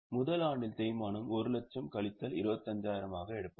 முதல் ஆண்டின் தேய்மானம் 1 லட்சம் கழித்தல் 25000 ஆக எடுப்போம்